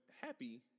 happy